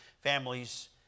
families